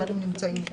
אבל הם נמצאים איתו.